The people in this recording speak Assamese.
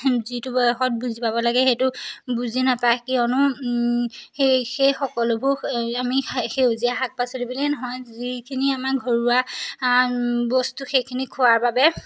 যিটো বয়সত বুজি পাব লাগে সেইটো বুজি নাপায় কিয়নো সেই সেই সকলোবোৰ আমি সেউজীয়া শাক পাচলি বুলিয়েই নহয় যিখিনি আমাৰ ঘৰুৱা বস্তু সেইখিনি খোৱাৰ বাবে